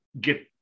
get